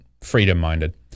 freedom-minded